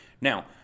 Now